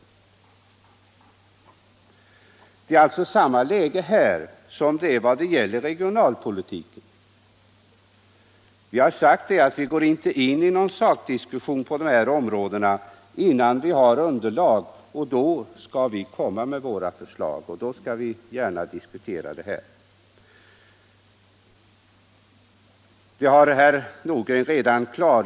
Förhållandet är alltså detsamma när det gäller denna fråga som när det gäller regionalpolitiken i stort: Vi har sagt att vi inte vill yttra oss förrän vi har underlag för detta. När vi får det skall vi komma med våra förslag, och då skall vi gärna diskutera frågorna.